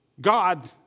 God